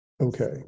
okay